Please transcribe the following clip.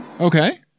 Okay